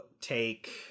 take